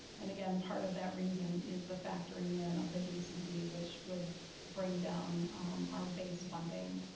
and again, part of that reason is the factoring in of the dcd, which would bring down our base funding.